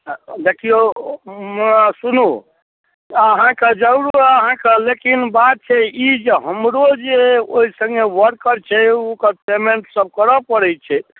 आओर देखैयौ सुनू अहाँके जरूर अहाँके लेकिन बात छै ई जे हमरो जे ओइ सङ्गे वर्कर छै ओकर पेमेन्ट सभ करऽ पड़ै छै